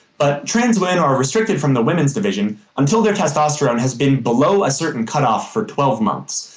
but trans women are restricted from the women's division until their testosterone has been below a certain cutoff for twelve months,